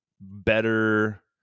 better